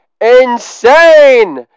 insane